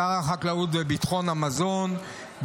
שר החקלאות וביטחון המזון,